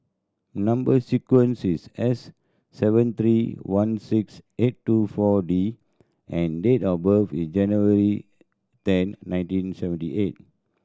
number sequence is S seven three one six eight two Four D and date of birth is January ten nineteen seventy eight